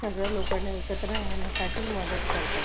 सगळ्या लोकांना एकत्र राहण्यासाठी मदत करतात